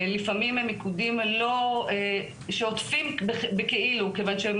לפעמים הם מיקודים לא שוטפים כיוון שהם